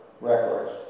records